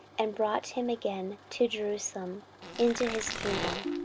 and brought him again to jerusalem into his kingdom.